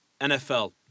NFL